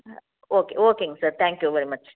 அ okay ஓகேங் sir thank you very much